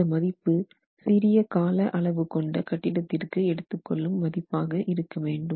இந்த மதிப்பு சிறிய கால அளவு கொண்ட கட்டிடத்திற்கு எடுத்துக்கொள்ளும் மதிப்பாக இருக்க வேண்டும்